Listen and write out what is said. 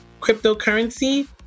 cryptocurrency